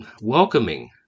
welcoming